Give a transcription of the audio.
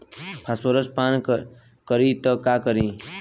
Phosphorus पान करी त का करी?